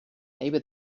maybe